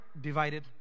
divided